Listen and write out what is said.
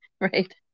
right